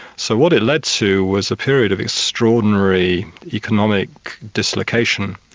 so what it led to was a period of extraordinary economic dislocation,